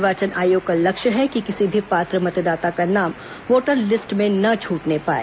निर्वाचन आयोग का लक्ष्य है कि किसी भी पात्र मतदाता का नाम वोटर लिस्ट में न छूटने पाए